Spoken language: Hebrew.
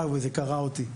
זה קרע אותי.